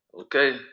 Okay